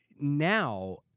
now